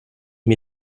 mir